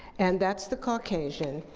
and that's the caucasian.